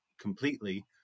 completely